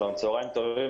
שלום, צוהריים טובים.